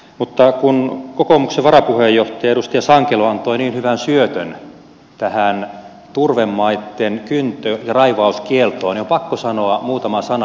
mutta kun kokoomuksen varapuheenjohtaja edustaja sankelo antoi niin hyvän syötön tähän turvemaitten kyntö ja raivauskieltoon niin on pakko sanoa muutama sana